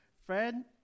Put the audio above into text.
Fred